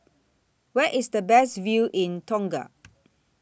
Where IS The Best View in Tonga